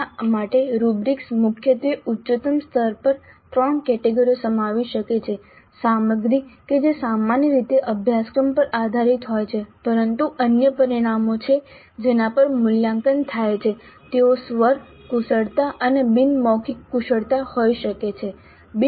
તેના માટે રુબ્રિક્સ મુખ્યત્વે ઉચ્ચતમ સ્તર પર 3 કેટેગરીઓ સમાવી શકે છે સામગ્રી કે જે સામાન્ય રીતે અભ્યાસક્રમ પર આધારિત હોય છે પરંતુ અન્ય પરિમાણો છે જેના પર મૂલ્યાંકન થાય છે તેઓ સ્વર કુશળતા અને બિન મૌખિક કુશળતા હોઈ શકે છે